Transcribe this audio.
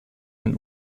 ein